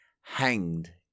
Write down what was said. hanged